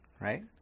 right